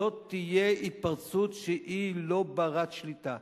זו תהיה התפרצות שהיא לא בת-שליטה.